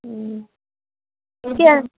ఇంకే